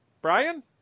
Brian